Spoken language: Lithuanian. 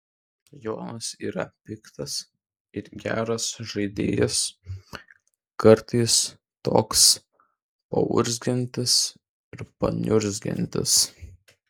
jonas yra piktas ir geras žaidėjas kartais toks paurzgiantis ir paniurzgantis